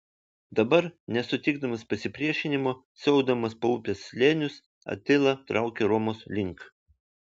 dabar nesutikdamas pasipriešinimo siaubdamas po upės slėnius atila traukia romos link